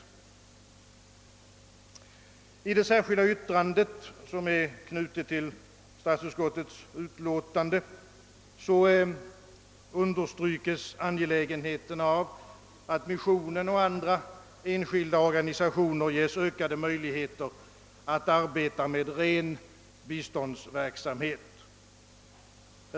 I det särskilda yttrande som är fogat till statsutskottets utlåtande understryks angelägenheten av att missionen och andra enskilda organisationer ges ökade möjligheter att arbeta med ren biståndsverksamhet.